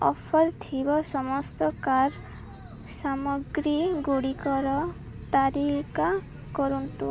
offer ଥିବା ସମସ୍ତ car ସାମଗ୍ରୀ ଗୁଡ଼ିକର ତାଲିକା କରନ୍ତୁ